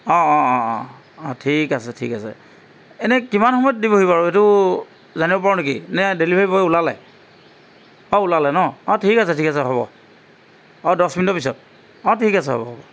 অঁ অঁ অঁ অঁ ঠিক আছে ঠিক আছে এনেই কিমান সময়ত দিবহি বাৰু এইটো জনিব পাৰোঁ নেকি নে ডেলিভাৰী বয় ওলালে অঁ ওলালে ন অঁ ঠিক আছে ঠিক আছে হ'ব আৰু দহ মিনিটৰ পিছত অঁ ঠিক আছে হ'ব হ'ব